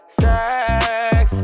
sex